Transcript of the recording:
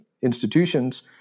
institutions